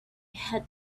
had